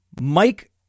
Mike